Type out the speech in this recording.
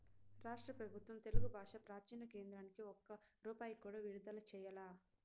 రాష్ట్ర పెబుత్వం తెలుగు బాషా ప్రాచీన కేంద్రానికి ఒక్క రూపాయి కూడా విడుదల చెయ్యలా